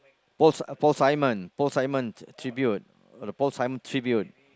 Paul Paul-Simon Paul0Simon Tribute the Paul0Simon Tribute